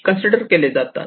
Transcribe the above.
consider केले जातात